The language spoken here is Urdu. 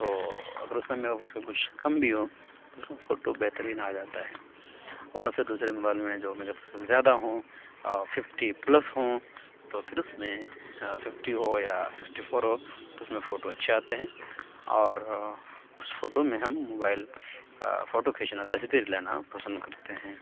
تو اگر اس میں میگا پکسل کچھ کم بھی ہوں تو اس میں فوٹو بہترین آ جاتا ہے ورنہ پھر دوسرے موبائل میں جو میگا پکسل زیادہ ہوں ففٹی پلس ہوں تو پھر اس میں ففٹی ہو یا سکسٹی فور ہو تو اس میں فوٹو اچھے آتے ہیں اور اس فوٹو میں ہم موبائل فوٹو کھینچنا تصویر لینا پسند کرتے ہیں